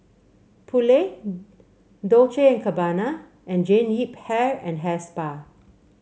Poulet Dolce and Gabbana and Jean Yip Hair and Hair Spa